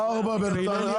האוצר תמך,